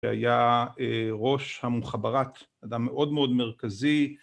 שהיה ראש המוחאבַּרַאת, אדם מאוד מאוד מרכזי.